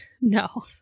No